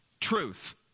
truth